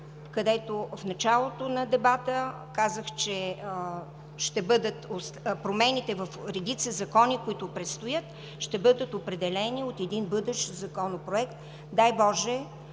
където в началото на дебата казах, че промените в редица закони, които предстоят, ще бъдат определени от един бъдещ законопроект. Дай боже,